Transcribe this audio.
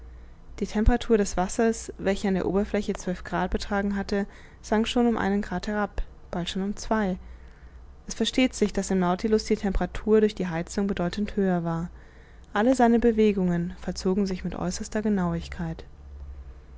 die temperatur des wassers welche an der oberfläche zwölf grad betragen hatte sank schon um einen grad herab bald schon um zwei es versteht sich daß im nautilus die temperatur durch die heizung bedeutend höher war alle seine bewegungen vollzogen sich mit äußerster genauigkeit